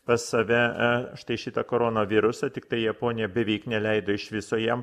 pas save štai šitą koronavirusą tiktai japonija beveik neleido iš viso jam